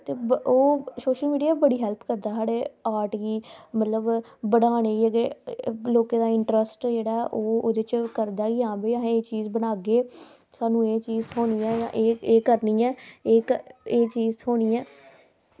ते ओह् social media बड़ी हेल्प कीती करदा साढ़े ऑर्ट गी बढ़ानै गी ते लोकें दा इंटरस्ट जेह्ड़ा ओह् एह्दे च करदा की चीज़ बनागे ते स्हानू एह् चीज़ थोह्नी ऐ जां एह् चीज़ करनी ऐ ते एह् चीज़ थ्होनी ऐ